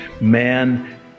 man